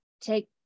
take